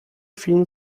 film